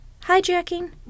hijacking